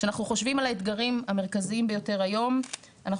כשאנחנו חושבים על האתגרים המרכזיים ביותר היום אנחנו